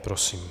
Prosím.